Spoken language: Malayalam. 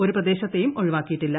ഒരു പ്രദേശത്തേയും ഒഴിവാക്കിയിട്ടില്ല